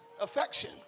Affection